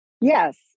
Yes